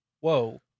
whoa